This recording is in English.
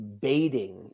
baiting